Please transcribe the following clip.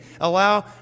allow